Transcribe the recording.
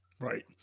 Right